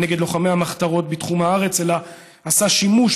נגד לוחמי המחתרות בתחום הארץ אלא עשה שימוש